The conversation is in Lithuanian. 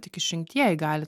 tik išrinktieji gali